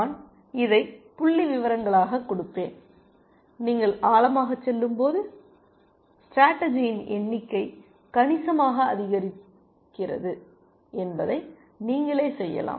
நான் இதை புள்ளிவிவரங்களாகக் கொடுப்பேன் நீங்கள் ஆழமாகச் செல்லும்போது ஸ்டேடர்ஜியின் எண்ணிக்கை கணிசமாக அதிகரிக்கிறது என்பதை நீங்களே செய்யலாம்